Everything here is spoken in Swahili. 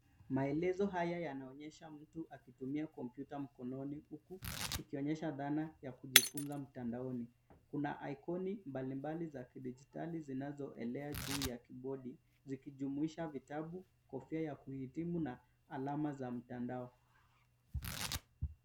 Maelezo haya yanaonyesha mtu akitumia kompyuta mkononi huku ikionyesha dhana ya kujifunza mtandaoni. Kuna aikoni mbalimbali za kidijitali zinazoelea juu ya kibodi, zikijumuisha vitabu, kofia ya kuhitimu na alama za mtandao.